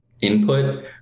input